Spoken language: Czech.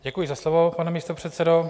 Děkuji za slovo, pane místopředsedo.